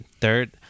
Third